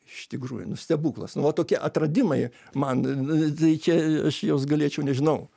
iš tikrųjų nu stebuklas nu va tokie atradimai man tai čia aš juos galėčiau nežinau